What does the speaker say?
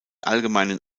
allgemeinen